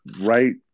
right